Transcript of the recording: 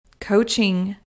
coaching